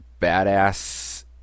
badass